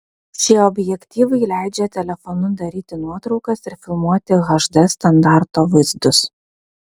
šie objektyvai leidžia telefonu daryti nuotraukas ir filmuoti hd standarto vaizdus